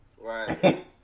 Right